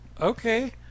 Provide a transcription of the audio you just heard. okay